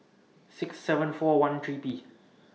six seven four one three P